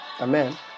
Amen